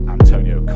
Antonio